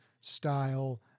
style